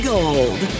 Gold